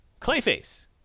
Clayface